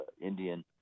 Indian